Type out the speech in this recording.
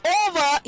over